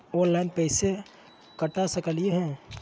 Online पैसा सटा सकलिय है?